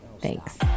thanks